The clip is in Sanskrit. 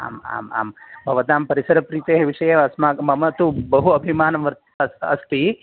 आम् आम् आम् भवतां परिसरप्रीतेः विषये अस्माकं मम तु बहु अभिमानः वर् अस् अस्ति